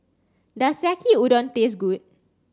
does Yaki Udon taste good